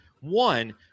One